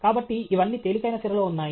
కాబట్టి ఇవన్నీ తేలికైన సిరలో ఉన్నాయి